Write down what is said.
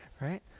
right